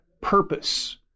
purpose